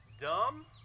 dumb